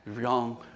young